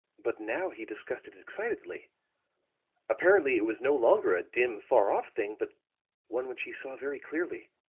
but now he discussed it excitedly apparently it was no longer a dim, far-off thing, but one which he saw very clearly.